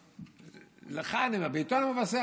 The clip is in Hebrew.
לכן בעיתון המבשר,